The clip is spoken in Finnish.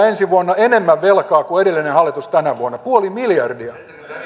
ensi vuonna puoli miljardia enemmän velkaa kuin edellinen hallitus tänä vuonna puoli miljardia